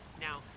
Now